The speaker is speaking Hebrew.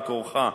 על-כורחה,